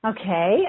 Okay